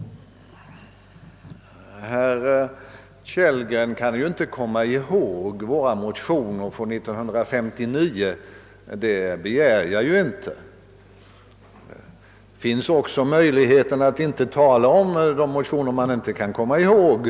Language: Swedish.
: Herr Kellgren kan ju inte komma ihåg vår motion från 1959, och det begär jag inte heller, men möjligheten finns ju också att inte tala om motioner som man inte kommer ihåg.